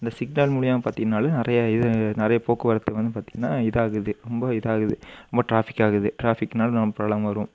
இந்த சிக்னல் மூலிமா பார்த்தீங்கன்னாலும் நிறைய இது நிறைய போக்குவரத்து வந்து பார்த்தீங்கன்னா இதாகுது ரொம்ப இதாகுது ரொம்ப ட்ராஃபிக் ஆகுது ட்ராஃபிக்கினால ரொம்ப ப்ராப்ளம் வரும்